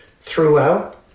Throughout